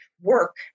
work